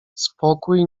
spokój